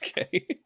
okay